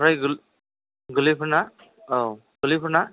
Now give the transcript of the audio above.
ओमफ्राय गोल गोरलैफोरना औ गोरलैफोरना